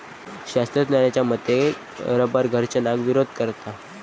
शास्त्रज्ञांच्या मते रबर घर्षणाक विरोध करता